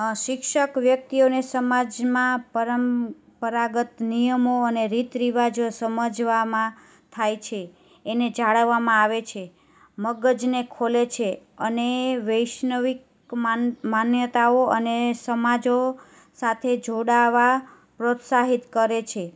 શિક્ષક વ્યક્તિઓને સમાજમાં પરંપરાગત નિયમો અને રીત રિવાજો સમજવામાં થાય છે એને જાળવવામાં આવે છે મગજને ખોલે છે અને વૈશ્વિક માન માન્યતાઓ અને સમાજો સાથે જોડાવા પ્રોત્સાહિત કરે છે